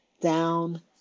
down